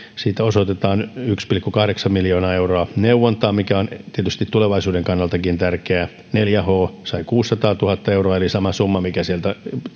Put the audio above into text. siitä osoitetaan yksi pilkku kahdeksan miljoonaa euroa neuvontaan mikä on tietysti tulevaisuudenkin kannalta tärkeää neljä h sai kuusisataatuhatta euroa eli saman summan mikä sieltä